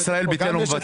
יש לנו